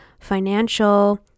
financial